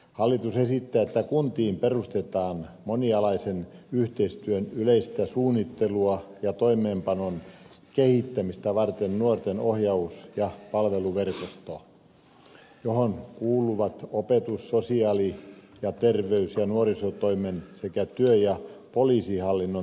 hallitus esittää että kuntiin perustetaan monialaisen yhteistyön yleistä suunnittelua ja toimeenpanon kehittämistä varten nuorten ohjaus ja palveluverkosto johon kuuluvat opetus sosiaali ja terveys ja nuorisotoimen sekä työ ja poliisihallinnon edustajat